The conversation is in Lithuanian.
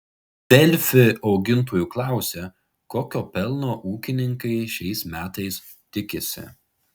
delfi augintojų klausia kokio pelno ūkininkai šiais metais tikisi